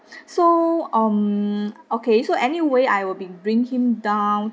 so um okay so anyway I will be bring him down